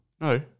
No